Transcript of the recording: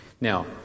Now